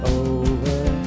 over